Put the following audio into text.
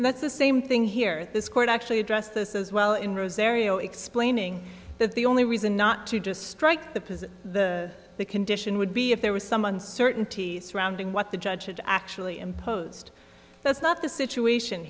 and that's the same thing here that this court actually addressed this as well in rosario explaining that the only reason not to just strike the prison the condition would be if there was some uncertainty surrounding what the judge actually imposed that's not the situation